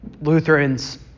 Lutherans